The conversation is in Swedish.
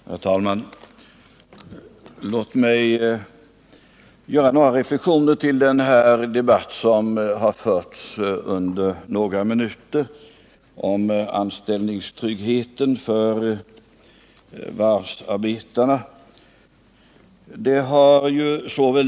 Herr talman! Låt mig göra några reflexioner över den debatt som förts under några minuter om anställningstryggheten för varvsarbetarna.